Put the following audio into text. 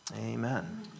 Amen